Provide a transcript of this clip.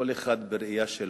כל אחד בראייה שלו,